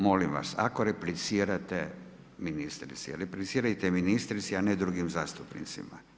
Molim vas ako replicirate ministrici, replicirajte ministrici, a ne drugim zastupnicima.